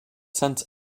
sense